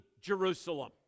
Jerusalem